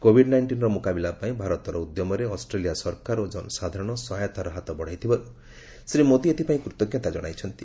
Covid ନାଇଷ୍ଟିନ୍ର ମୁକାବିଲା ପାଇଁ ଭାରତର ଉଦ୍ୟମରେ ଅଷ୍ଟ୍ରେଲିଆ ସରକାର ଓ କନସାଧାରଣ ସହାୟତାର ହାତ ବଢ଼ାଇଥିବାରୁ ଶ୍ରୀ ମୋଦୀ ଏଥିପାଇଁ କୃତଜ୍ଞତା କଣାଇଛନ୍ତି